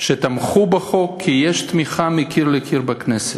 שתמכו בחוק, כי יש תמיכה מקיר לקיר בכנסת,